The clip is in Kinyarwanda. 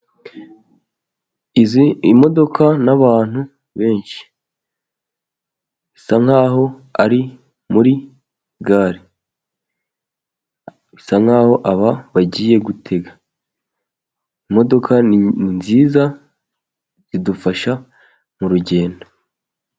Izi modoka n'abantu benshi ,bisa nkaho ari muri gare ,bisa nkaho aba bagiye gutega imodoka nziza idufasha mu rugendo.